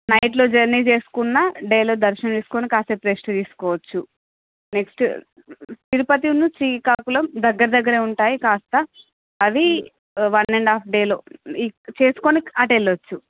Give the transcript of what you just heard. నైట్లో జర్నీ చేసుకున్న డేలో దర్శనం చేసుకొని కాసేపు రెస్ట్ తీసుకోవచ్చు నెక్స్ట్ తిరుపతిను శ్రీకాకుళం దగ్గర దగ్గరే ఉంటాయి కాస్త అవి వన్ అండ్ ఆఫ్ డేలో చేసుకొని అటు వెళ్ళొచ్చు